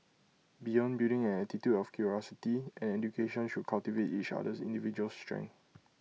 beyond building an attitude of curiosity an education should cultivate each other's individual's strengths